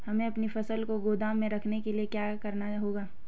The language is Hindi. हमें अपनी फसल को गोदाम में रखने के लिये क्या करना होगा?